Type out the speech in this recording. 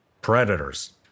Predators